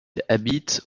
habite